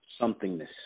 somethingness